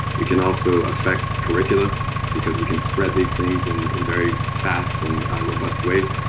we can also affect curricula because we can spread these things in in very fast and robust ways.